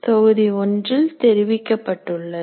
தொகுதி ஒன்றில் தெரிவிக்கப்பட்டுள்ளது